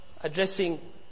addressing